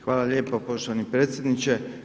Hvala lijepo poštovani predsjedniče.